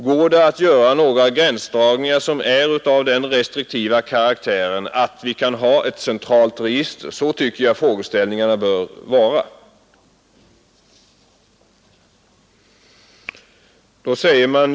Går det att göra några gränsdragningar som är av den restriktiva karaktären att vi kan ha ett centralt register? Så tycker jag att frågeställningarna bör vara.